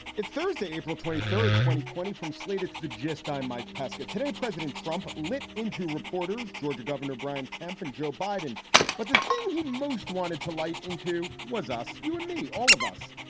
it's thursday, april twenty third, twenty twenty from slated to the gist. i'm mike pesca. today, president trump lit into reporters georgia governor brian kemp and joe biden but the thing he most wanted to light into was us, you and me, all of us.